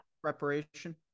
preparation